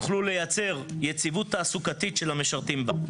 יוכלו לייצר יציבות תעסוקתית של המשרתים בה.